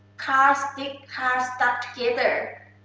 car stick, car stuck together,